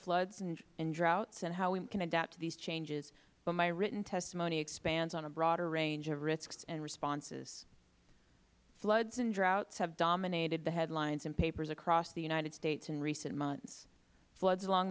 floods and droughts and how we can adapt to these changes but my written testimony expands on a broader range of risks and responses floods and droughts have dominated the headlines in papers across the united states in recent months floods along